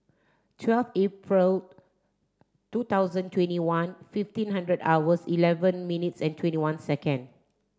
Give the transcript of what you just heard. twelfth Aril two thousand twenty one fifteen hundred hours eleven minutes and twenty one seconds